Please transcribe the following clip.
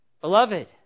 Beloved